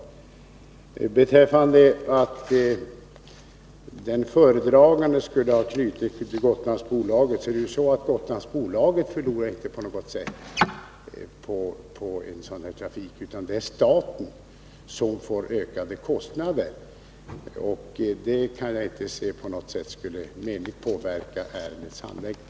Vad beträffar detta att den föredragande skulle vara knuten till Gotlandsbolaget, är det ju så att Gotlandsbolaget inte på något sätt förlorar på en sådan här trafik. Det är staten som får ökade kostnader. Jag kan inte se att detta på något sätt menligt skulle påverka ärendets handläggning.